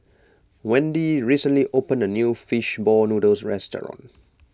Wende recently opened a new Fish Ball Noodles Restaurant